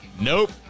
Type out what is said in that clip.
Nope